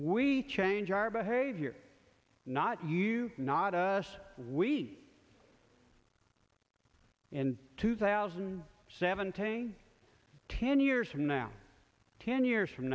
we change our behavior not you not us we in two thousand and seven to ten years from now ten years from